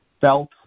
felt